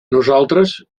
nosaltres